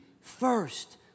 first